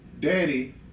daddy